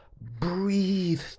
breathe